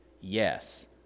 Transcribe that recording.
Yes